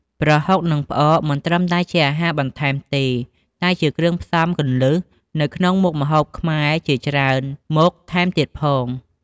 ប្រហុក និងផ្អក មិនត្រឹមតែជាអាហារបន្ថែមទេ តែជា គ្រឿងផ្សំគន្លឹះ នៅក្នុងមុខម្ហូបខ្មែរជាច្រើនមុខថែមទៀតផង។